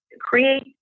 create